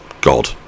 god